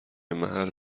محل